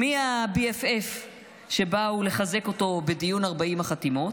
מי ה-BFF שבאו לחזק אותו בדיון 40 חתימות,